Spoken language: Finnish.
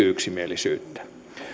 yksimielisyyttä